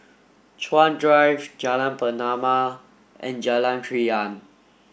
Chuan Drive Jalan Pernama and Jalan Krian